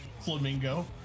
Flamingo